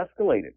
escalated